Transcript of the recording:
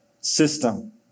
system